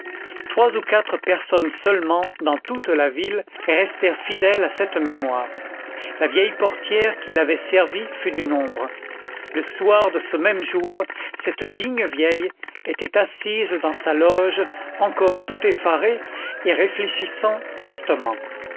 trois ou quatre personnes seulement dans toute la ville restèrent fidèles à cette mémoire la vieille portière qui l'avait servi fut du nombre le soir de ce même jour cette digne vieille était assise dans sa loge encore tout effarée et réfléchissant tristement